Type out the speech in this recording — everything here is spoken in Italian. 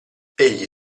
egli